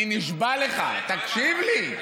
אני נשבע לך, תקשיב לי,